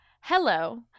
Hello